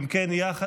רגע,